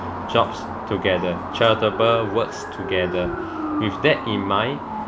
jobs together charitable works together with that in mind